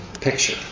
picture